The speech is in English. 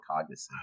cognizant